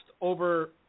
over